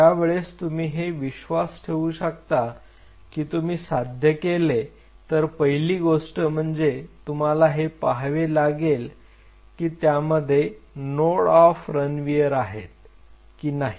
ज्या वेळेस तुम्ही हे विश्वास ठेवू शकता की तुम्ही साध्य केले तर पहिली गोष्ट म्हणजे तुम्हाला हे पहावे लागेल की त्यामध्ये नोड ऑफ रणवियर आहेत की नाही